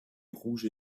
rouge